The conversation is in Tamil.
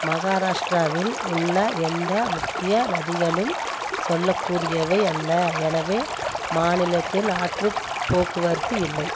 மகாராஷ்ட்ராவில் உள்ள எந்த முக்கிய நதிகளும் சொல்லக்கூடியவை அல்ல எனவே மாநிலத்தில் ஆற்றுப் போக்குவரத்து இல்லை